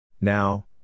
Now